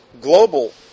global